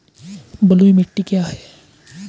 बलुई मिट्टी क्या है?